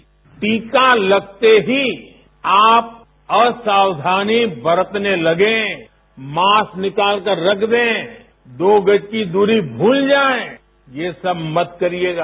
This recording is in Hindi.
बाईट टीका लगते ही आप असवाधानी बरतने लगें मॉस्क निकालकर रख दे दो गज की दूरी भूल जाएं ये सब मत करिएगा